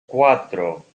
cuatro